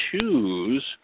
choose